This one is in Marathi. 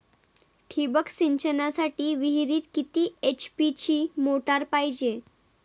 ठिबक सिंचनासाठी विहिरीत किती एच.पी ची मोटार पायजे?